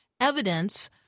evidence